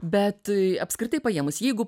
bet apskritai paėmus jeigu